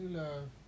love